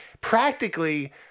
practically